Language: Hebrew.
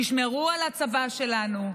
תשמרו על הצבא שלנו,